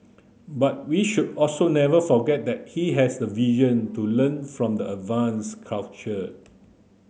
but we should also never forget that he has the vision to learn from the advanced culture